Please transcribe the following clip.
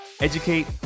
educate